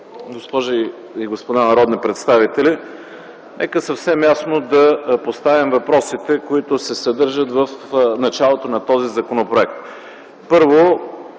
госпожи и господа народни представители! Нека съвсем ясно да поставим въпросите, които се съдържат в началото на този законопроект. Първо,